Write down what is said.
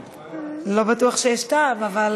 לא בטוח שיש טעם, אבל